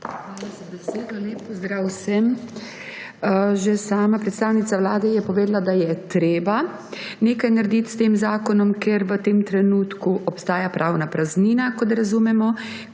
Hvala za besedo. Lep pozdrav vsem! Že sama predstavnica Vlade je povedala, da je treba nekaj narediti s tem zakonom, ker v tem trenutku obstaja pravna praznina, kot razumemo.